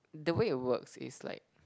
the way it works is like